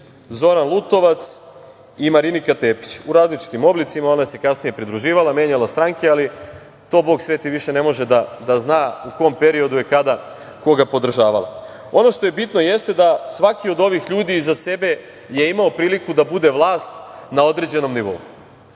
Zoran Lutovac i Marinika Tepić, u različitim oblicima, ona se kasnije pridruživala, menjala stranke, ali to Bog sveti više ne može da zna u kom periodu je kada koga podržavala. Ono što je bitno jeste da svaki od ovih ljudi iza sebe je imao priliku da bude vlast na određenom nivou